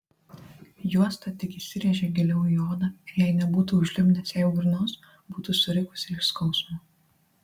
juosta tik įsirėžė giliau į odą ir jei nebūtų užlipdęs jai burnos būtų surikusi iš skausmo